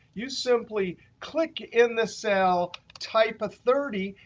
you simply click in the cell, type a thirty,